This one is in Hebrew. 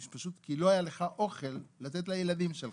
אלא כי פשוט לא היה לך אוכל לתת לילדים שלך.